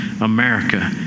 America